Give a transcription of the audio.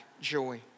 joy